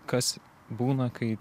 kas būna kai